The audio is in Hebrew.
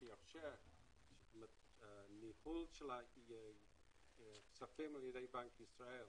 שיאפשר ניהול של הכספים על ידי בנק ישראל